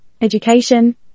education